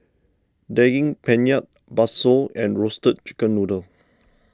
Daging Penyet Bakso and Roasted Chicken Noodle